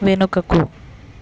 వెనుకకు